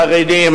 חרדים,